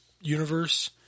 universe –